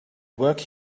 work